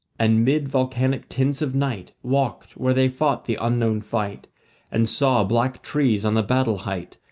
and mid volcanic tints of night walked where they fought the unknown fight and saw black trees on the battle-height,